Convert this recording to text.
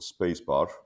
spacebar